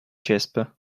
jasper